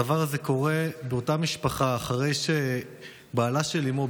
הדבר הזה קורה באותה משפחה אחרי שבעלה של אימו,